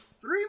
Three